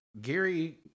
Gary